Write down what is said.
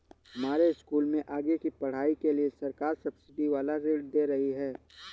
हमारे स्कूल में आगे की पढ़ाई के लिए सरकार सब्सिडी वाला ऋण दे रही है